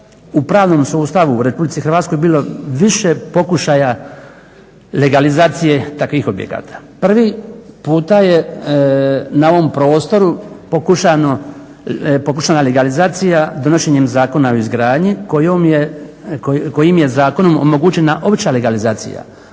u pravnom sustavu u Republici Hrvatskoj bilo više pokušaja legalizacije takvih objekata. Prvi puta je na ovom prostoru pokušana legalizacija donošenjem Zakona o izgradnji kojom je, kojim je zakonom omogućena opća legalizacija.